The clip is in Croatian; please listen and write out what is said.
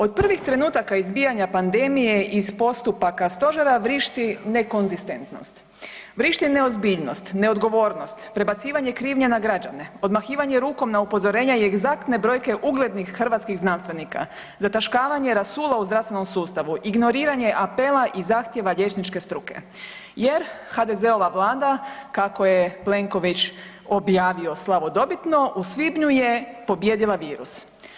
Od prvih trenutaka izbijanja pandemije iz postupaka stožera vrišti ne konzistentnost, vrišti neozbiljnost, neodgovornost, prebacivanje krivnje na građane, odmahivanje rukom na upozorenja i egzaktne brojke uglednih hrvatskih znanstvenika, zataškavanje rasula u zdravstvenom sustavu, ignoriranje apela i zahtjeva liječničke struke jer HDZ-ova Vlada kako je Plenković objavio slavodobitno u svibnju je pobijedila virus.